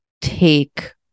take